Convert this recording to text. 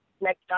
next